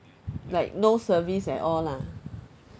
like no service at all lah